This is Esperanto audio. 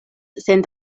sen